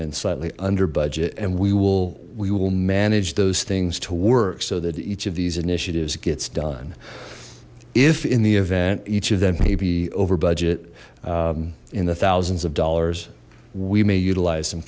slightly under budget and we will we will manage those things to work so that each of these initiatives gets done if in the event each of them may be over budget in the thousands of dollars we may utilize